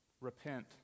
Repent